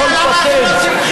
בכל פטנט,